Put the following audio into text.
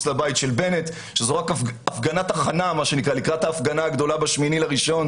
לבית של בנט וזו רק הפגנת הכנה לקראת ההפגנה הגדולה ב-8 בינואר,